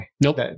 Nope